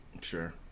sure